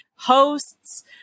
hosts